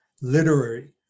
literary